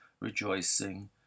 rejoicing